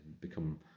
become